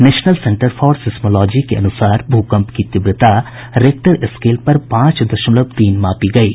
national Centre for Seismology के अनुसार भूकम्प की तीव्रता रेक्टर स्केल पर पांच दशमलव तीन मापी गयी